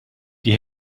die